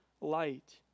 light